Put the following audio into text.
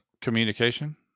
Communication